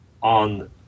on